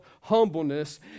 humbleness